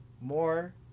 more